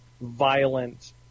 violent